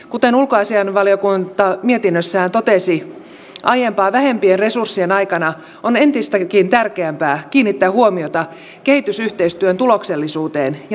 kuten ulkoasiainvaliokunta mietinnössään totesi aiempaa vähempien resurssien aikana on entistäkin tärkeämpää kiinnittää huomiota kehitysyhteistyön tuloksellisuuteen ja mitattavuuteen